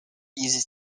uses